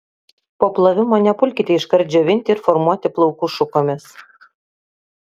po plovimo nepulkite iškart džiovinti ir formuoti plaukų šukomis